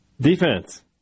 Defense